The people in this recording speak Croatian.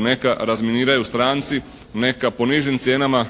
neka razminiraju stranci, neka po nižim cijenama